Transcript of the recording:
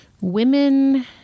women